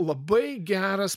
labai geras